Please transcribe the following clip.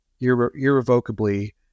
irrevocably